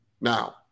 now